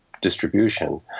distribution